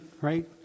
right